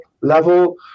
level